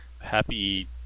Happy